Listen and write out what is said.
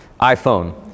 iPhone